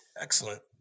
Excellent